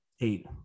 eight